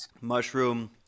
Mushroom